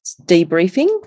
debriefing